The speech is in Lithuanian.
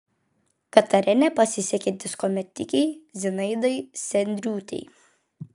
katare nepasisekė disko metikei zinaidai sendriūtei